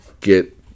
get